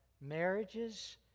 marriages